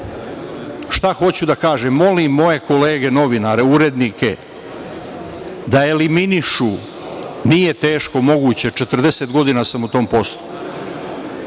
Šta hoću da kažem? Molim moje kolege novinare, urednike, da eliminišu, nije teško, moguće je, 40 godina sam u tom poslu,